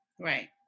right